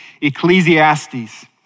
Ecclesiastes